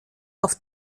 auf